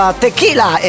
tequila